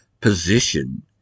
position